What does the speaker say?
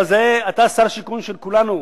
אבל אתה שר השיכון של כולנו,